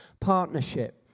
partnership